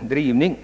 drivningarna.